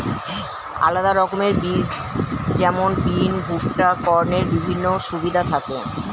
আলাদা রকমের বীজ যেমন বিন, ভুট্টা, কর্নের বিভিন্ন সুবিধা থাকি